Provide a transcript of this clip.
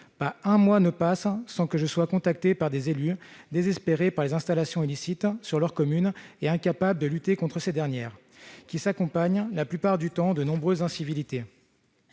pas un mois ne passe sans que je sois contacté par des élus désespérés par des installations illicites sur leur commune et hors d'état de lutter contre celles-ci, qui s'accompagnent la plupart du temps de nombreuses incivilités.